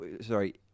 sorry